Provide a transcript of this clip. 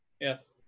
yes